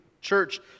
church